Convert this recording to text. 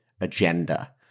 agenda